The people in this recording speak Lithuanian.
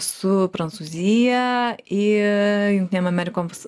su prancūzija ir jungtinėm amerikoms